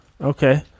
Okay